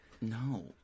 No